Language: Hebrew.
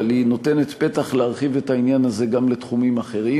אבל היא נותנת פתח להרחיב את העניין הזה גם לתחומים אחרים.